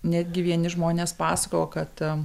netgi vieni žmonės pasakojo kad